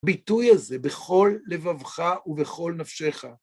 ביטוי הזה בכל לבבך ובכל נפשך.